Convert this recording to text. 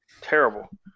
terrible